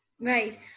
Right